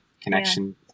connection